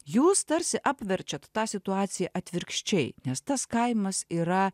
jūs tarsi apverčiat tą situaciją atvirkščiai nes tas kaimas yra